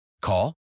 Call